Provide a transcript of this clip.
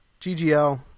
GGL